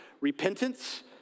repentance